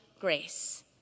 grace